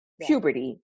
puberty